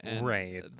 Right